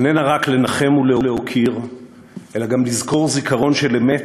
איננה רק לנחם ולהוקיר אלא גם לזכור זיכרון של אמת,